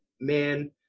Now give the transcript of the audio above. man